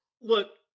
Look